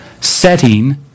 setting